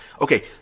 okay